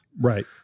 Right